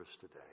today